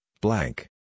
blank